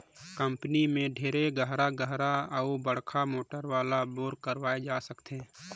company में ढेरे गहरा गहरा अउ बड़का मोटर वाला बोर कराए जा सकथे